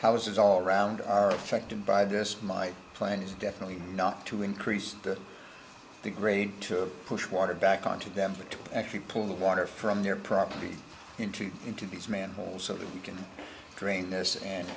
houses all around are affected by this my plan is definitely not to increase the grade to push water back onto them but to actually pull the water from their property into into these manholes so that you can drain this and